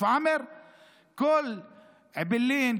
כל אעבלין,